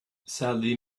sadly